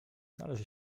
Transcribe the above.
należy